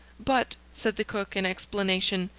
but, said the cook, in explanation,